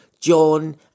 John